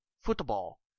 football